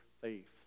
faith